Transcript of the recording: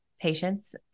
patients